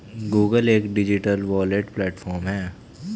Google Pay एक digital wallet platform है